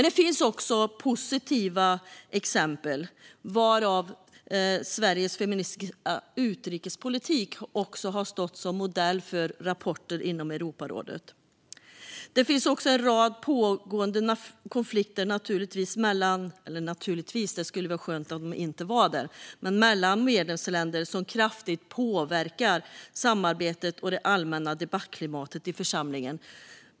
Det finns också positiva exempel. Sveriges feministiska utrikespolitik har stått som modell för rapporter inom Europarådet. Det finns naturligtvis en rad pågående konflikter - det skulle vara skönt om de inte fanns - mellan medlemsländer som kraftigt påverkar samarbetet och det allmänna debattklimatet i församlingen.